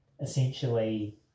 essentially